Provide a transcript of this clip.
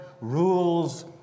rules